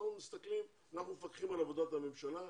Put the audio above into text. אנחנו מפקחים על עבודת הממשלה,